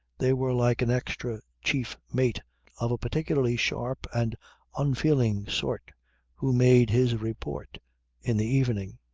they were like an extra chief mate of a particularly sharp and unfeeling sort who made his report in the evening.